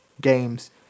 games